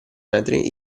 metri